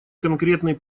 конкретный